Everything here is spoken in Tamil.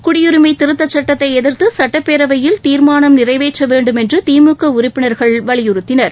குடியுரிமை திருத்தச் சட்டத்தை எதிர்த்து சட்டப்பேரவையில் தீர்மானம் நிறைவேற்ற வேண்டும் என்று திழக உறப்பினர்கள் வலியுறுத்தினர்